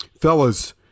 fellas